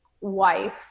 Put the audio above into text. wife